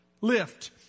lift